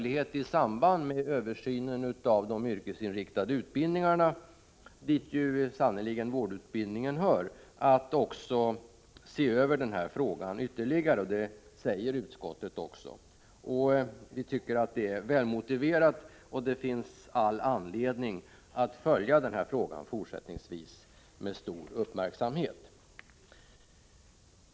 I samband med översynen av de yrkesinriktade utbildningarna — och dit hör sannerligen vårdutbildningen — finns det nu en möjlighet att också se över denna fråga ytterligare, något som utskottet också framhåller. Det tycker vi är välmotiverat, och det finns all anledning att fortsättningsvis följa den här frågan med stor uppmärksamhet.